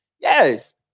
Yes